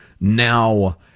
Now